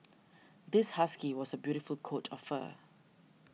this husky was a beautiful coat of fur